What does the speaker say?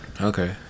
Okay